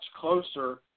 closer